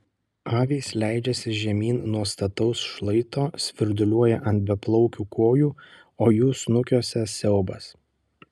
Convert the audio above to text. avys leidžiasi žemyn nuo stataus šlaito svirduliuoja ant beplaukių kojų o jų snukiuose siaubas